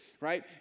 right